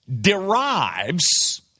derives